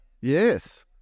yes